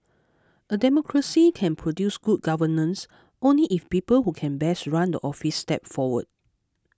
a democracy can produce good governance only if people who can best run the office step forward